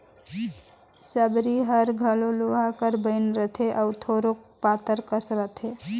सबरी हर घलो लोहा कर बइन रहथे अउ थोरोक पातर कस रहथे